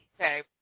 Okay